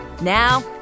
Now